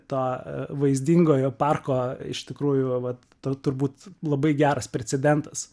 to vaizdingojo parko iš tikrųjų vat ta turbūt labai geras precedentas